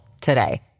today